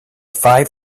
five